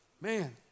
Man